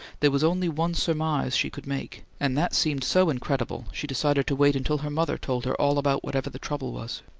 there was only one surmise she could make, and that seemed so incredible, she decided to wait until her mother told her all about whatever the trouble was.